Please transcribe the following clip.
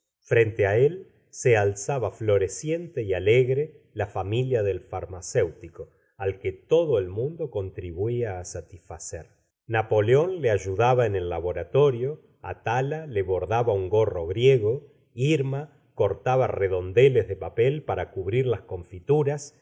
frente á é l se alzaba floreciente y alegre la familia del furmacéutico al que todo el mundo contribuía á satisfacer napoleón le ayudaba en el laboratorio atala le bordaba un gorro griego irma cortaba redondeles de papel para cubrir las confituras